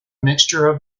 mixture